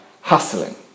hustling